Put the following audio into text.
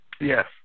yes